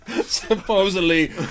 supposedly